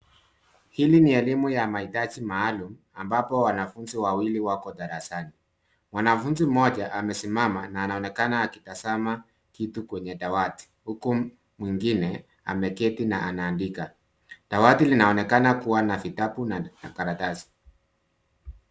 Hili ni elimu ya mahitaji maalum ambapo wanafunzi wawili wako darasani. Mwanafunzi mmoja amesimama na anaonekana akitazama kitu kwenye dawati huku mwingine ameketi na anaandika. Dawati linaonekana kuwa na vitabu na karatasi.